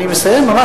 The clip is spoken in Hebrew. אני מסיים, ממש.